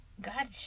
God